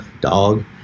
Dog